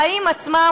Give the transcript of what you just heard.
החיים עצמם,